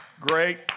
Great